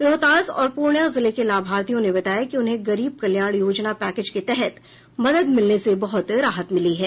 रोहतास और पूर्णिया जिले के लाभार्थियों ने बताया कि उन्हें गरीब कल्याण योजना पैकेज के तहत मदद मिलने से बहत राहत मिली है